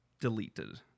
deleted